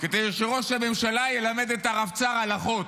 כדי שראש הממשלה ילמד את הרבצ"ר הלכות,